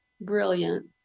brilliant